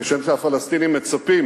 כשם שהפלסטינים מצפים